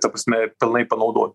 ta prasme pilnai panaudo